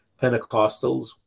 Pentecostals